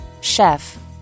Chef